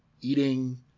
eating